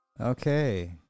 Okay